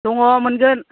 दङ मोनगोन